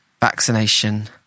vaccination